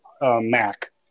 Mac